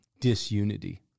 disunity